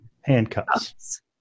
Handcuffs